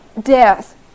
death